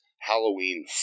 Halloween